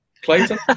Clayton